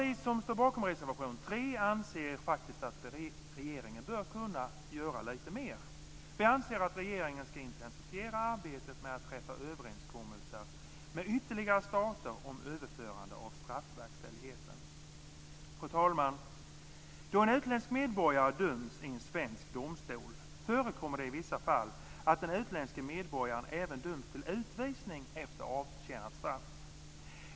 Vi som står bakom reservation 3 anser att regeringen bör kunna göra lite mer. Vi anser att regeringen ska intensifiera arbetet med att träffa överenskommelser med ytterligare stater om överförande av straffverkställighet. Fru talman! Då en utländsk medborgare döms i en svensk domstol förekommer det, i vissa fall, att den utländske medborgaren även döms till utvisning efter avtjänat straff.